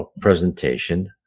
presentation